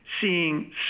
seeing